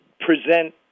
present